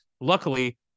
Luckily